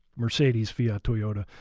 mercedes, fiat, toyota.